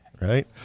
right